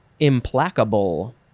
Implacable